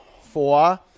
four